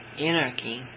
Anarchy